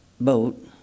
boat